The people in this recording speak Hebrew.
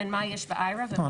בין מה יש ב Ayra --- יעקוב,